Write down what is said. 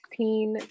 16